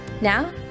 Now